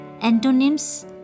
antonyms